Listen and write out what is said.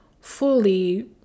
fully